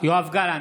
יואב גלנט,